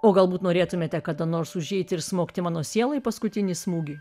o galbūt norėtumėte kada nors užeiti ir smogti mano sielai paskutinį smūgį